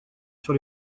sur